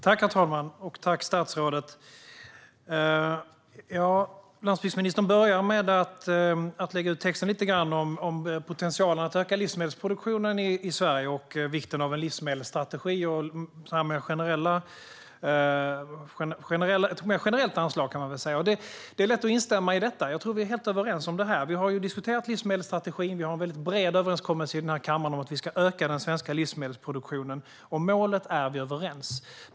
Herr talman! Jag vill tacka landsbygdsministern. Han börjar med att lägga ut texten lite om potentialen för att öka livsmedelsproduktionen i Sverige och vikten av en livsmedelsstrategi. Det är väl ett mer generellt anslag, som det är lätt att instämma i. Jag tror att vi är helt överens om det. Vi har diskuterat livsmedelsstrategin. Och vi har en bred överenskommelse i den här kammaren om att öka den svenska livsmedelsproduktionen. Om målet är vi överens.